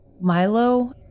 Milo